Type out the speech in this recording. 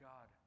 God